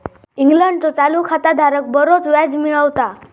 इंग्लंडचो चालू खाता धारक बरोच व्याज मिळवता